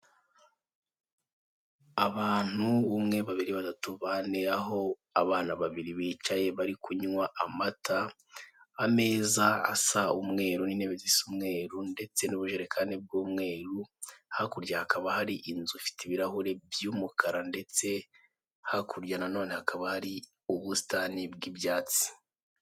Abantu, umwe, babiri, batatu, bane, aho abana babiri bicaye bari kunywa amata, ameza asa umweru n'intebe zisa umweru ndetse n'ubujerekani bw'umweru, hakurya hakaba hari inzu ifite ibirahuri by'umukara ndetse hakurya na none hakaba hari ubusitani bw'ibyatsi.